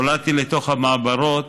נולדתי לתוך המעברות.